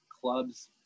clubs